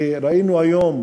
שראינו היום